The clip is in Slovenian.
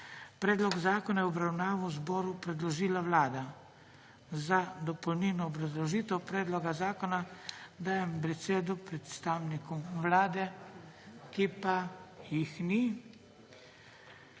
Predlog zakona je v obravnavo Državnemu zboru predložila Vlada. Za dopolnilno obrazložitev predloga zakona dajem besedo predstavnikom Vlade, ki pa jih ni.